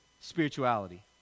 spirituality